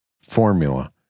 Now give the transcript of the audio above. formula